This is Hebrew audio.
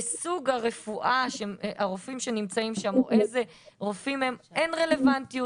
לסוג הרופאים שנמצאים שם או איזה רופאים הם אין רלוונטיות.